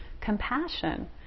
compassion